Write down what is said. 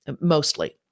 mostly